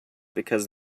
because